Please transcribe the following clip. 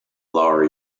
lower